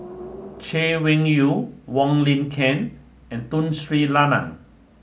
Chay Weng Yew Wong Lin Ken and Tun Sri Lanang